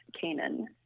Canaan